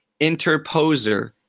interposer